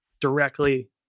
directly